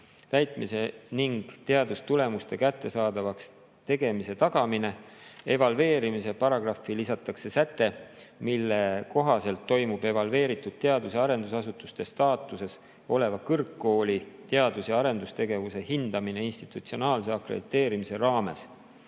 täitmine ning teadustulemuste kättesaadavaks tegemise tagamine. Evalveerimise paragrahvi lisatakse säte, mille kohaselt toimub evalveeritud teadus- ja arendusasutuse staatuses oleva kõrgkooli teadus- ja arendustegevuse hindamine institutsionaalse akrediteerimise raames